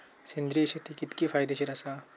सेंद्रिय शेती कितकी फायदेशीर आसा?